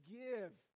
give